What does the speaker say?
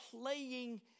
playing